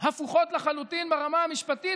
הפוכות לחלוטין ברמה המשפטית,